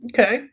Okay